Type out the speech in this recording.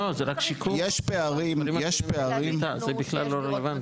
לא, זה רק שיכון, זה בכלל לא רלוונטי.